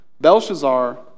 Belshazzar